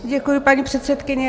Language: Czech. Děkuji, paní předsedkyně.